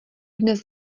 dnes